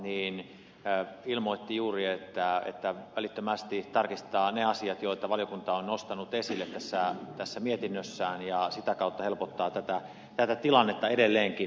hän ilmoitti juuri että välittömästi tarkistetaan ne asiat joita valiokunta on nostanut esille tässä mietinnössään ja sitä kautta helpotetaan tätä tilannetta edelleenkin